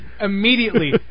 Immediately